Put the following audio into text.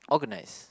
organize